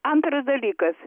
antras dalykas